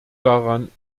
daran